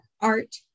art